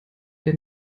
der